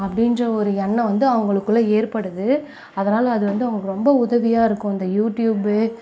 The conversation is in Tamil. அப்படின்ற ஒரு எண்ணம் வந்து அவங்களுக்குள்ள ஏற்படுது அதனால் அது வந்து அவங்களுக்கு ரொம்ப உதவியாக இருக்கும் இந்த யூடியூபு